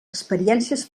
experiències